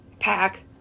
Pack